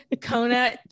Kona